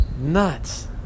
Nuts